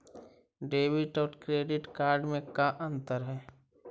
Debit और credit card में का अंतर है?